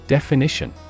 Definition